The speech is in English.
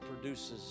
produces